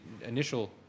initial